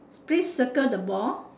please circle the ball